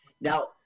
Now